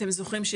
אתם זוכרים,